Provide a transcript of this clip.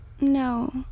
No